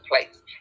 place